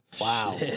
Wow